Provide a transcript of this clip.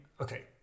okay